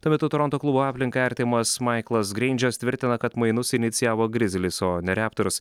tuo metu toronto klubo aplinkai artimas maiklas greindžas tvirtina kad mainus inicijavo grizlis o ne reptors